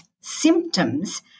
symptoms